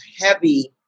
heavy